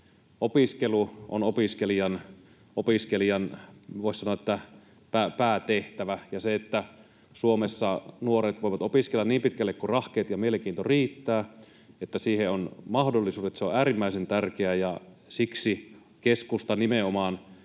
Opiskelu on opiskelijan, voisi sanoa, päätehtävä, ja se, että Suomessa nuoret voivat opiskella niin pitkälle kuin rahkeet ja mielenkiinto riittävät, että siihen on mahdollisuudet, on äärimmäisen tärkeää, ja nimenomaan